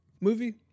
movie